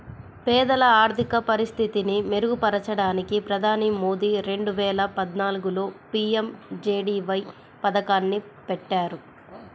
పేదల ఆర్థిక పరిస్థితిని మెరుగుపరచడానికి ప్రధాని మోదీ రెండు వేల పద్నాలుగులో పీ.ఎం.జే.డీ.వై పథకాన్ని పెట్టారు